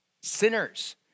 sinners